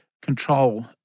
control